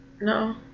no